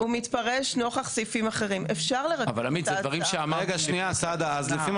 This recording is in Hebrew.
כל חלק בו מתפרש נוכח סעיפים אחרים.